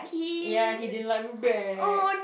ya and he didn't like me back